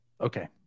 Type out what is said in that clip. Okay